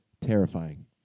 terrifying